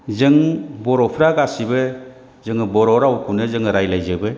जों बर'फ्रा गासिबो जोङो बर' रावखौनो जोङो रायज्लायजोबो